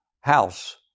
house